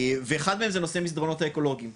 ואחד מהם זה נושא המסדרונות האקולוגיים,